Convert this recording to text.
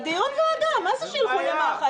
זה דיון ועדה, מה זה שיילכו למח"ש?